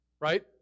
Right